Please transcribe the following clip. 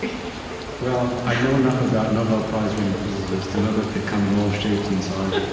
yeah well, i know enough about nobel prize-winning physicists to know that they come in all shapes and so